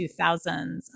2000s